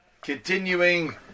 continuing